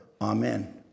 Amen